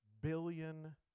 billion